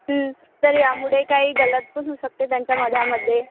तर यामुडे काई गलत पन हू शकते त्यांच्या मधामद्दे